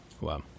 Wow